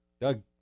Doug